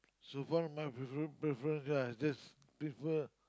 so far my prefer~ preference I just prefer